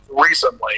recently